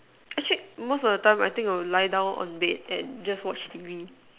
actually most of the time I think I will lie down on bed and just watch T_V